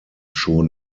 schon